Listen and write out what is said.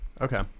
okay